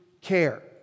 care